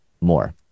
more